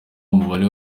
umubare